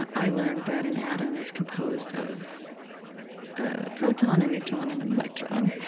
and i learned that an atom is composed of a proton, a neutron, and an electron.